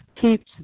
keeps